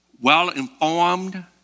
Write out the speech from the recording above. Well-informed